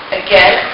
again